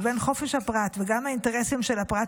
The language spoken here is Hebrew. לבין חופש הפרט וגם האינטרסים של הפרט